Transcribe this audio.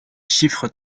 chiffres